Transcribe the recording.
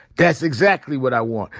that's exactly what i want,